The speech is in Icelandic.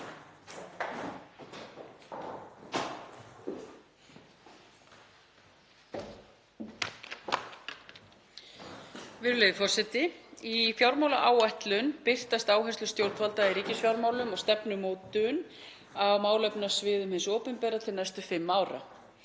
Virðulegi forseti. Í fjármálaáætlun birtast áherslur stjórnvalda í ríkisfjármálum og stefnumótun á málefnasviðum hins opinbera til næstu fimm ára.